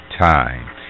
time